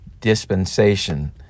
dispensation